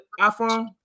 iPhone